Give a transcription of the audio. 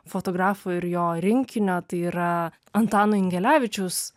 fotografo ir jo rinkinio tai yra antano ingelevičius